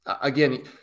again –